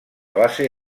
base